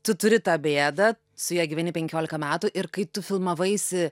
tu turi tą bėdą su ja gyveni penkioliką metų ir kai tu filmavaisi